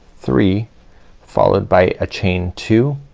three followed by a chain two,